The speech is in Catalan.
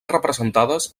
representades